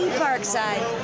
parkside